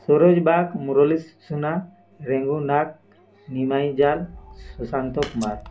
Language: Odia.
ସୂରଜ ବାଗ ମୁରଲୀ ସୁନା ରେଙ୍ଗୁନ ନାଗ ନିମାଇ ଜାଲ ସୁଶାନ୍ତ କୁମାର